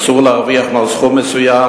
אסור להרוויח מעל סכום מסוים,